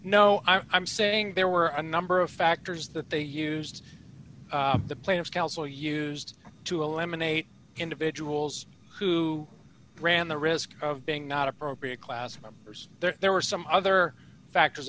no i'm saying there were a number of factors that they used the plaintiffs counsel used to eliminate individuals who ran the risk of being not appropriate class members there were some other factors